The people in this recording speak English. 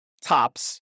tops